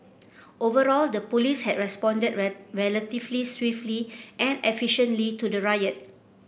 overall the police had responded relatively swiftly and efficiently to the riot